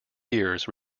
gears